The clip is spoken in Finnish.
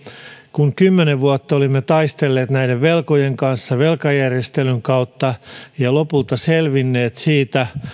kun kymmenen vuotta olimme taistelleet näiden velkojen kanssa velkajärjestelyn kautta ja lopulta selvinneet siitä